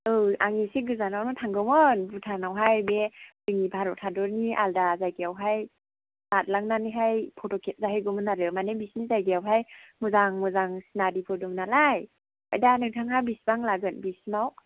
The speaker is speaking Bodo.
औ आं एसे गोजानावनो थांगौमोन भुटानावहाय बे जोंनि भारत हादरनि आलदा जायगायाव हाय बारलांनानै हाय फट' खेबजाहैगौमोन आरो माने बिसिनि जायगायाव हाय मोजां मोजां सिनारिफोर दं नालाय दा नोंथाङा बेसेबां लागोन बेसिमाव